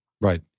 Right